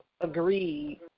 agreed